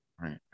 Right